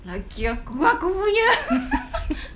laki aku aku punya